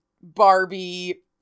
Barbie